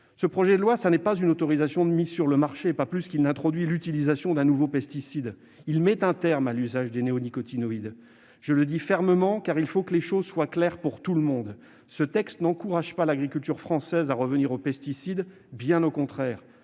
Ce projet de loi n'est pas une autorisation de mise sur le marché. Il n'introduit pas davantage l'utilisation d'un nouveau pesticide : il met un terme à l'usage des néonicotinoïdes. Je le dis fermement, car il faut que les choses soient claires pour tout le monde : ce texte n'encourage pas l'agriculture française à revenir aux pesticides, bien au contraire.